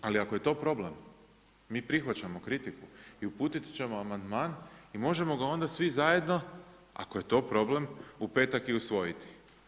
Ali ako je to problem, mi prihvaćamo kritiku i uputiti ćemo amandman i možemo ga onda svi zajedno, ako je to problem, u petak i usvojiti.